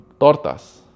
tortas